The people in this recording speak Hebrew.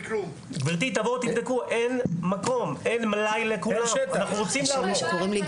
תבואו ותבדקו, אין מלאי לכולם, אין מקום.